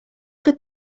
could